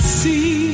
see